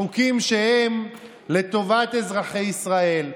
החוקים שהם לטובת אזרחי ישראל,